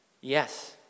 Yes